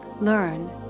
Learn